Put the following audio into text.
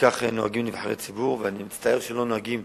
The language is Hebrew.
וכך נוהגים נבחרי ציבור, ואני מצטער שלא נוהגים